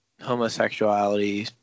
homosexuality